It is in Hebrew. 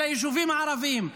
על היישובים הערביים,